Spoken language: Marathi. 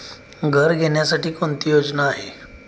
घर घेण्यासाठी कोणती योजना आहे?